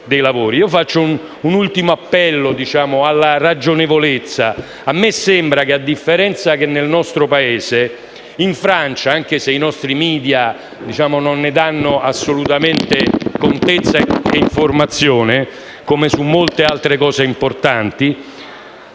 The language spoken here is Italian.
Faccio un ultimo appello alla ragionevolezza. A me sembra che, a differenza che nel nostro Paese, in Francia, anche se i nostri *media* non ne danno assolutamente contezza e informazione - come su molti altri temi importanti